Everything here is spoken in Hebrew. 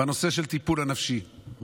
בנושא הטיפול הנפשי,